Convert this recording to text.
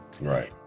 Right